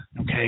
okay